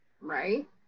Right